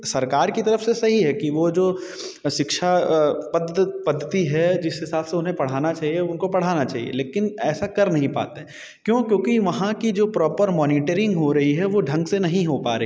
सरकार कि तरफ से सही है कि वो जो शिक्षा पद्धति है जिस हिसाब से उन्हें पढ़ाना चाहिए उनको पढ़ाना चाहिए लेकिन ऐसा कर नहीं पाते हैं क्यों क्योंकि वहाँ की जो प्रोपर मॉनिटरिंग हो रही है वो ढंग से नहीं हो पा रही